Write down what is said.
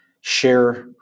share